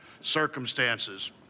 circumstances